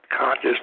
conscious